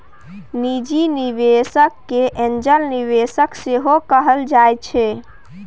निजी निबेशक केँ एंजल निबेशक सेहो कहल जाइ छै